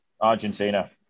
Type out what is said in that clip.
Argentina